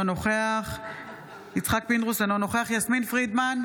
אינו נוכח יצחק פינדרוס, אינו נוכח יסמין פרידמן,